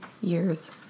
years